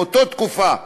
באותו תקופה,